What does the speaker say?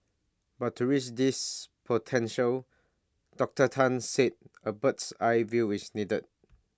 but to reach this potential Doctor Tan said A bird's eye view is needed